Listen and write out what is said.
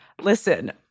Listen